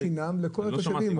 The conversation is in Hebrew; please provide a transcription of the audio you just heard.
ירושלים, יש שעה חינם לכל התושבים.